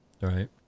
right